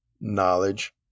knowledge